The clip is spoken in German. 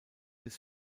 des